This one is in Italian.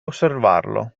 osservarlo